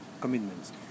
Commitments